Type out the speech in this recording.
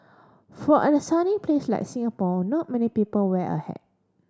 for and sunny place like Singapore not many people wear a hat